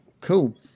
Cool